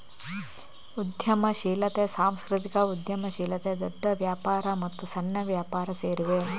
ಉದ್ಯಮಶೀಲತೆ, ಸಾಂಸ್ಕೃತಿಕ ಉದ್ಯಮಶೀಲತೆ, ದೊಡ್ಡ ವ್ಯಾಪಾರ ಮತ್ತು ಸಣ್ಣ ವ್ಯಾಪಾರ ಸೇರಿವೆ